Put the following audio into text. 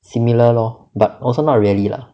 similar lor but also not really lah